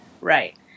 Right